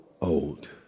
old